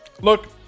Look